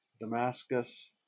Damascus